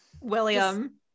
William